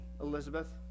Elizabeth